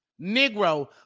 negro